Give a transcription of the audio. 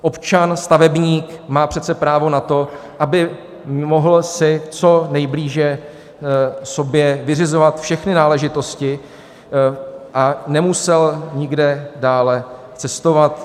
Občan stavebník má přece právo na to, aby si mohl co nejblíže sobě vyřizovat všechny náležitosti a nemusel nikde dále cestovat.